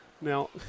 Now